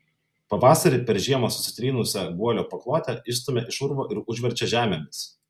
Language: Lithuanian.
pavasarį per žiemą susitrynusią guolio paklotę išstumia iš urvo ir užverčia žemėmis